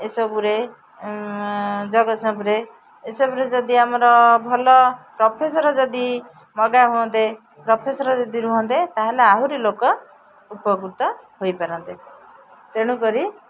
ଏସବୁରେ ଜଗତସିଂହପୁରରେ ଏସବୁରେ ଯଦି ଆମର ଭଲ ପ୍ରଫେସର ଯଦି ମଗା ହୁଅନ୍ତେ ପ୍ରଫେସର୍ ଯଦି ରୁହନ୍ତେ ତାହେଲେ ଆହୁରି ଲୋକ ଉପକୃତ ହୋଇପାରନ୍ତେ ତେଣୁକରି